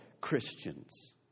Christians